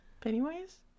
Pennywise